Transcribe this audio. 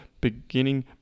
beginning